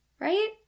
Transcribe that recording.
Right